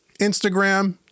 Instagram